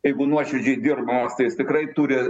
jeigu nuoširdžiai dirbamas tai jis tikrai turi